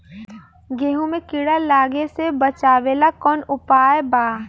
गेहूँ मे कीड़ा लागे से बचावेला कौन उपाय बा?